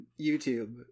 YouTube